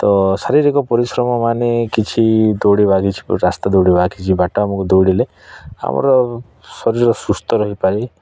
ତ ଶାରୀରିକ ପରିଶ୍ରମ ମାନେ କିଛି ଦୌଡ଼ିବା କିଛି ରାସ୍ତା ଦୌଡ଼ିବା କିଛି ବାଟ ଆମକୁ ଦୌଡ଼ିଲେ ଆମର ଶରୀର ସୁସ୍ଥ ରହିପାରେ